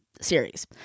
series